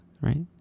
Right